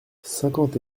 cinquante